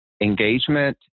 engagement